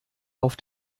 auf